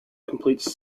complete